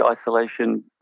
isolation